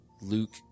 Luke